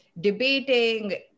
debating